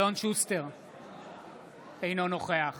אינו נוכח